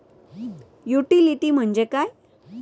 Utility म्हणजे काय?